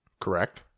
Correct